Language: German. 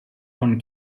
von